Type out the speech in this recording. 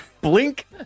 blink